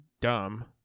Dumb